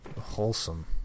Wholesome